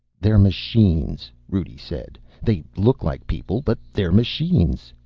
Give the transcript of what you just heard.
they're machines, rudi said. they look like people, but they're machines.